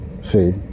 See